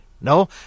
No